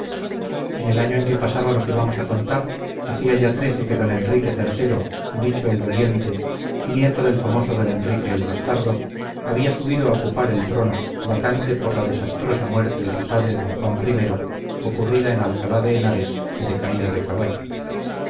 en el año en que pasaba lo que vamos a contar hacía ya trece que don enrique iii dicho el doliente y nieto del famoso don enrique el bastardo había subido a ocupar el trono vacante por la desastrosa muerte de su padre don juan i ocurrida en alcalá de henares de caída de caballo